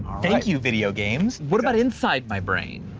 thank you video games, what about inside my brain?